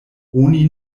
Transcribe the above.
oni